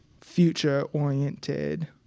future-oriented